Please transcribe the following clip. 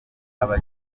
aba